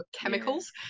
chemicals